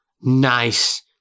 nice